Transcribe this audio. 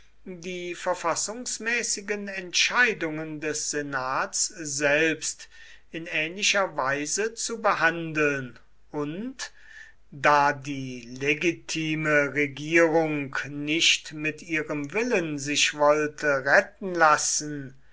die verfassungsmäßigen entscheidungen des senats selbst in ähnlicher weise zu behandeln und da die legitime regierung nicht mit ihrem willen sich wollte retten lassen